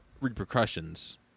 repercussions